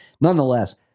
nonetheless